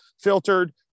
filtered